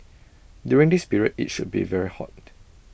during this period IT should be very hot